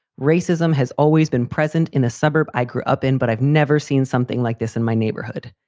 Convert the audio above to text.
racism has always been present in a suburb. i grew up in, but i've never seen something like this in my neighborhood.